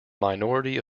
minority